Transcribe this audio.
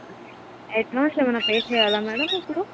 advance ఏమైనా pay చేయాలా madam ఇప్పుడు